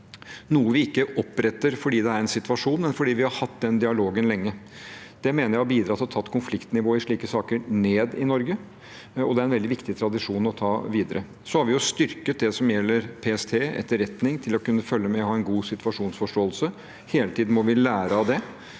noe vi ikke oppretter fordi det er en situasjon, men fordi vi har hatt den dialogen lenge. Det mener jeg har bidratt til å ta konfliktnivået i slike saker ned i Norge, og det er en veldig viktig tradisjon å ta videre. Så har vi styrket PST og etterretningen for at de skal kunne følge med og ha en god situasjonsforståelse. Hele tiden må vi lære av det,